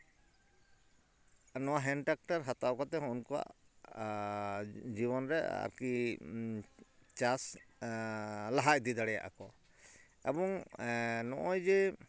ᱱᱚᱣᱟ ᱦᱮᱱ ᱴᱮᱠᱴᱟᱨ ᱦᱟᱛᱟᱣ ᱠᱟᱛᱮᱫ ᱦᱚᱸ ᱩᱱᱠᱩᱣᱟᱜ ᱡᱤᱵᱚᱱ ᱨᱮ ᱟᱨᱠᱤ ᱪᱟᱥ ᱞᱟᱦᱟ ᱤᱫᱤ ᱫᱟᱲᱮᱭᱟᱜᱼᱟ ᱠᱚ ᱮᱵᱚᱝ ᱱᱚᱜᱼᱚᱭ ᱡᱮ